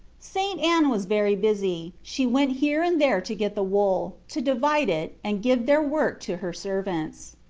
st. anne was very busy she went here and there to get the wool, to divide it, and give their work to her servants.